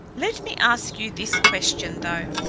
let me ask you this question, though.